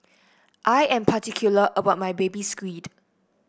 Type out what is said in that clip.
I am particular about my Baby Squid